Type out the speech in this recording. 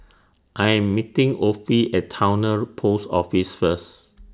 I Am meeting Offie At Towner Post Office First